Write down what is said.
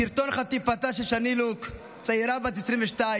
סרטון חטיפתה של שני לוק, צעירה בת 22,